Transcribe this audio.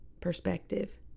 perspective